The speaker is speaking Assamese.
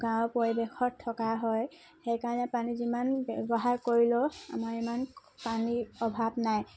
গাঁৱৰ পৰিবেশত থকা হয় সেইকাৰণে পানী যিমান ব্যৱহাৰ কৰিলেও আমাৰ ইমান পানীৰ অভাৱ নাই